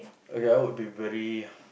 okay I would be very